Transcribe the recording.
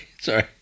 Sorry